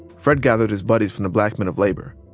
fred gathered his buddies from the black men of labor,